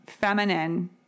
feminine